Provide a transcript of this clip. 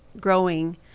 growing